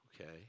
Okay